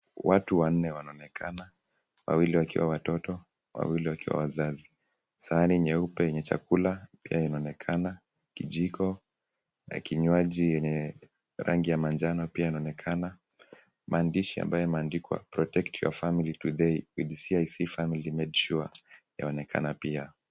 Watu wanne wanaonekana, wawili wakiwa watoto wawili wakiwa wazazi. Sahani nyeupe yenye chakula pia inaonekana, kijiko na kinywaji yenye rangi ya manjano pia yanaonekana. Maandishi ambayo yameandikwa Protect your Family today with CIC Family Medisure yaonekana pia.